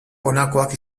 honakoak